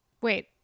Wait